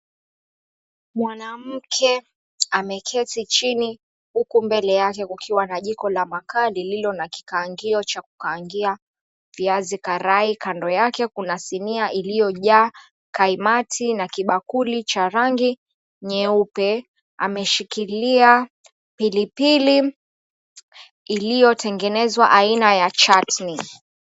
Mwanamke ameketi chini huku mbele yake kukiwa na jiko la makaa lililo na kikaangio cha kukaangia viazi karai. Kando yake kuna sinia iliyojaa kaimati na kibakuli cha rangi nyeupe ameshikilia pilipili iliyotengenezwa aina ya chatni.